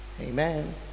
Amen